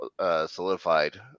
solidified